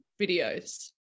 videos